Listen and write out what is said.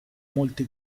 molti